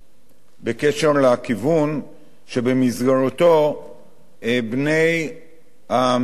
בנושא הכיוון שבמסגרתו בני המיעוטים,